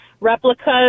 Replicas